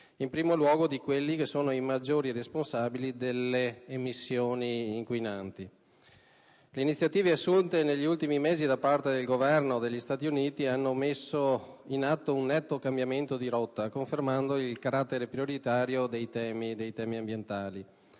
in primo luogo di quelli che sono i maggiori responsabili delle emissioni inquinanti. Le iniziative assunte negli ultimi mesi da parte del Governo degli Stati Uniti hanno messo in atto un netto cambiamento di rotta, confermando il carattere prioritario dei temi ambientali,